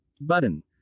Button